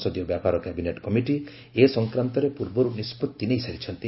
ସଂସଦୀୟ ବ୍ୟାପାର cabinet committee ଏ ସଂକ୍ରାନ୍ତରେ ପୂର୍ବରୁ ନିଷ୍ପଭି ନେଇସାରିଛନ୍ତି